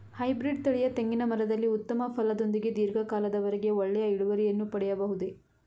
Hybrid ತಳಿಯ ತೆಂಗಿನ ಮರದಲ್ಲಿ ಉತ್ತಮ ಫಲದೊಂದಿಗೆ ಧೀರ್ಘ ಕಾಲದ ವರೆಗೆ ಒಳ್ಳೆಯ ಇಳುವರಿಯನ್ನು ಪಡೆಯಬಹುದೇ?